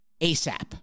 ASAP